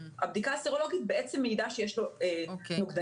הבדיקה הסרולוגית בעצם מעידה שיש לו נוגדנים,